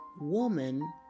Woman